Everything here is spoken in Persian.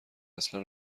اصلا